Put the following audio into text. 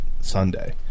Sunday